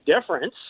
difference